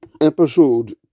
Episode